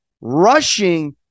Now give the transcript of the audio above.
rushing